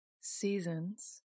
Seasons